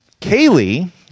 Kaylee